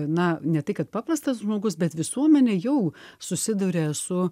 na ne tai kad paprastas žmogus bet visuomenė jau susiduria su